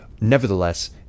Nevertheless